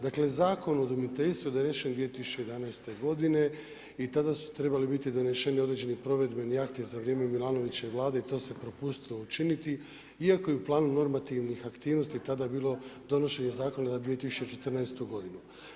Dakle Zakon o udomiteljstvu je donesen 2011. godine i tada su trebali biti doneseni određeni provedbeni akti za vrijeme Milanovićeve Vlade i to se propustilo učiniti iako je u planu normativnih aktivnosti tada bilo donošenje zakona za 2014. godinu.